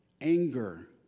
anger